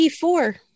four